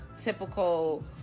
typical